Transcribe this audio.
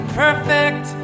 perfect